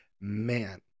man